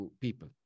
people